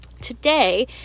today